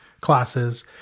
classes